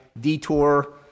detour